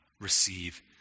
receive